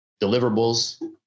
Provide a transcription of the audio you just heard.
deliverables